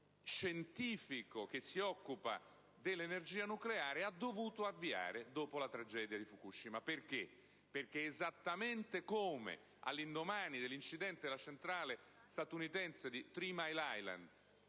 scientifico che si occupa dell'energia nucleare ha dovuto avviare dopo la tragedia di Fukushima. Ricordo che, all'indomani dell'incidente alla centrale statunitense di Three Mile Island,